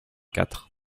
quatre